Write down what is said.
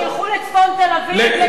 שילכו לצפון תל-אביב,